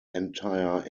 entire